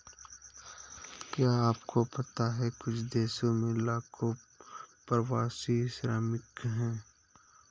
क्या आपको पता है कुछ देशों में लाखों प्रवासी श्रमिक हैं?